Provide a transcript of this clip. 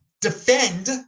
Defend